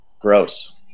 Gross